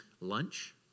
lunch